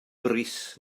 brys